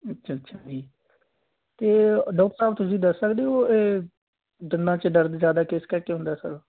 ਅੱਛਾ ਅੱਛਾ ਜੀ ਅਤੇ ਡਾਕਟਰ ਸਾਹਿਬ ਤੁਸੀਂ ਦੱਸ ਸਕਦੇ ਹੋ ਦੰਦਾਂ 'ਚ ਦਰਦ ਜ਼ਿਆਦਾ ਕਿਸ ਕਰਕੇ ਹੁੰਦਾ ਸਰ